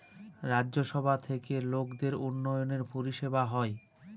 রাজ্য সভা থেকে লোকদের উন্নয়নের পরিষেবা হয়